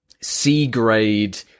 C-grade